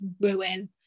ruin